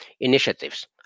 initiatives